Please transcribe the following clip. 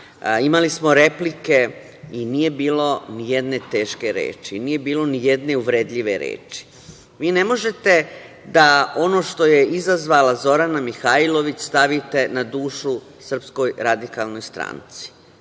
imali smo replike i nije bilo nijedne teške reči, nije bilo nijedne uvredljive reči. Vi ne možete da ono što je izazvala Zorana Mihajlović stavite na dušu SRS. To jednostavno